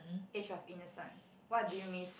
age of innocence what do you miss